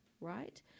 right